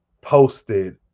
posted